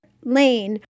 Lane